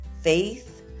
faith